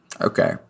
Okay